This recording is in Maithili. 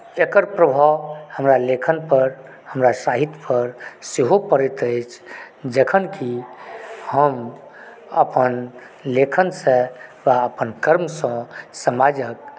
एकर प्रभाव हमरा लेखनपर हमरा साहित्यपर सेहो पड़ैत अछि जखन कि हम अपन लेखनसँ वा अपन कर्मसँ समाजक